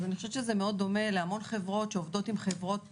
זה דומה להמון חברות שעובדות עם חברות